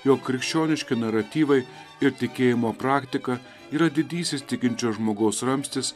jog krikščioniški naratyvai ir tikėjimo praktika yra didysis tikinčio žmogaus ramstis